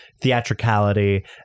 theatricality